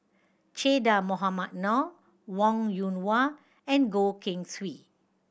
Che Dah Mohamed Noor Wong Yoon Wah and Goh Keng Swee